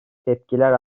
tepkiler